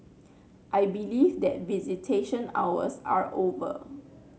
I believe that visitation hours are over